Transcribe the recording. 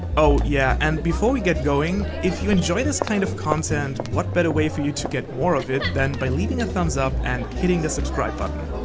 oh yeah and before we get going, if you enjoy this kind of content what better way for you to get more of it than by leaving a thumbs up and hitting that subscribe button?